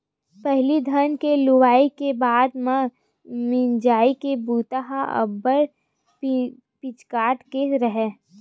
पहिली धान के लुवई के बाद म मिंजई के बूता ह अब्बड़ पिचकाट के राहय